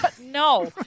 No